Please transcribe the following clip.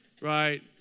Right